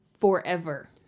forever